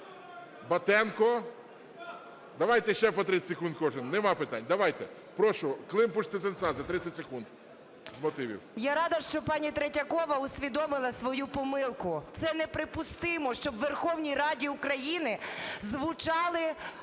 Я рада, що пані Третьякова усвідомила свою помилку. Це неприпустимо, щоб у Верховній Раді України звучали